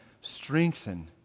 strengthen